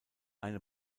eine